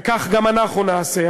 וכך גם אנחנו נעשה.